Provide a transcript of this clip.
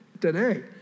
today